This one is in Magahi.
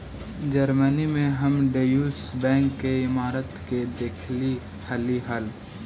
जर्मनी में हम ड्यूश बैंक के इमारत के देखलीअई हल